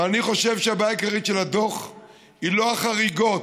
אבל אני חושב שהבעיה העיקרית של הדוח היא לא החריגות,